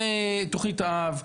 זה תכנית האב.